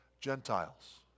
Gentiles